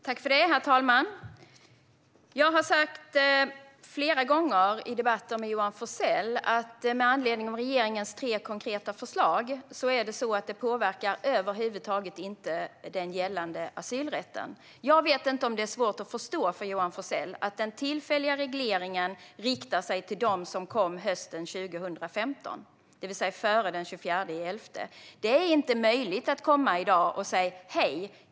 Herr talman! Jag har sagt flera gånger i debatter med Johan Forssell att regeringens tre konkreta förslag inte över huvud taget påverkar den gällande asylrätten. Jag vet inte om det är svårt att förstå för Johan Forssell att den tillfälliga regleringen riktar sig till dem som kom hösten 2015, det vill säga före den 24 november. Det är inte möjligt att komma i dag och säga: "Hej!